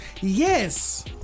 yes